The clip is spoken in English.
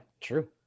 true